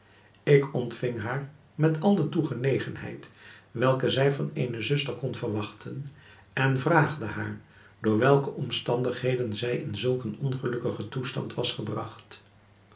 ik ontving haar met al de toegenegenheid welke zij van eene zuster kon verwachten en vraagde haar door welke omstandigheden zij in zulk een ongelukkigen toestand was gebragt